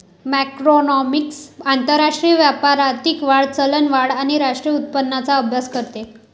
macroeconomics आंतरराष्ट्रीय व्यापार, आर्थिक वाढ, चलनवाढ आणि राष्ट्रीय उत्पन्नाचा अभ्यास करते